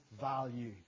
value